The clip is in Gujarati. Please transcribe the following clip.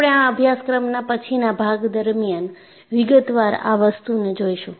આપણે આ અભ્યાસક્રમના પછીના ભાગ દરમિયાન વિગતવાર આ વસ્તુ ને જોઈશું